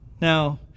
Now